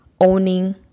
owning